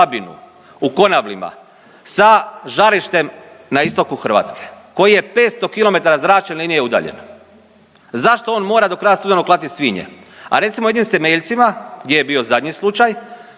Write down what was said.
u Konavlima sa žarištem na istoku Hrvatske koji je 500 km zračne linije udaljen. Zašto on mora do kraja studenog klati svinje, a recimo …/Govornik se ne razumije./… gdje je bio zadnji slučaj